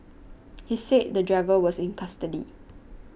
he said the driver was in custody